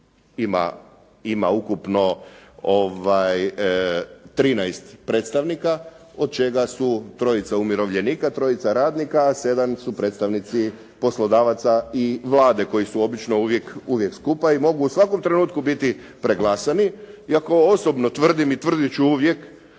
Ima ukupno 13 predstavnika od čega su trojica umirovljenika, trojica radnika, a sedam su predstavnici poslodavaca i Vlade koji su obično uvijek skupa i mogu u svakom trenutku biti preglasni, iako osobno tvrdim i tvrditi ću uvijek